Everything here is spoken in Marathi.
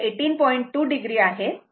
2 o आहे